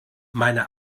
meine